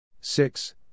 six